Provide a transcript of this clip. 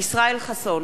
אינו נוכח.